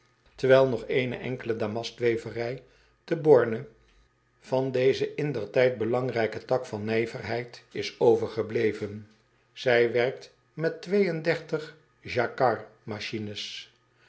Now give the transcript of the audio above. terwijl nog eene enkele damastweverij te orne van dezen indertijd belangrijken tak van nijverheid is overgebleven ij werkt met acquardmachines e